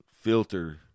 filter